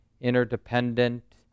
interdependent